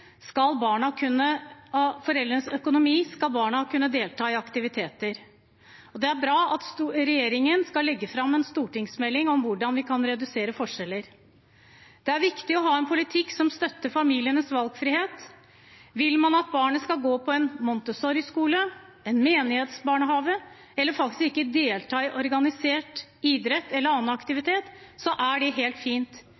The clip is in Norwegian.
skal ha. Uavhengig av foreldrenes økonomi skal barna kunne delta i aktiviteter. Det er bra at regjeringen skal legge fram en stortingsmelding om hvordan vi kan redusere forskjeller. Det er viktig å ha en politikk som støtter familienes valgfrihet. Vil man at barnet skal gå på en montessoriskole, i en menighetsbarnehage, eller faktisk ikke delta i organisert idrett eller annen